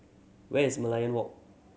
where is Merlion Walk